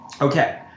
Okay